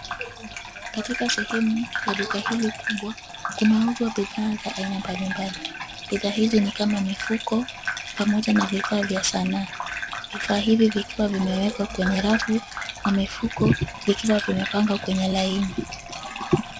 Katika sehemu ya duka hili kubwa, kunauzwa bidhaa za aina mbalimbali. Bidhaa hizi ni kama mifuko, pamoja na vifaa vya sanaa. Vifaa hivi vikiwa vimewekwa kwenye rafu na mifuko vikiwa vimepangwa kwenye laini.